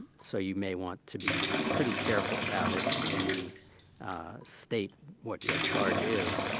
so you may want to be pretty careful about it when you state what your charge is.